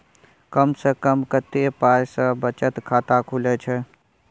कम से कम कत्ते पाई सं बचत खाता खुले छै?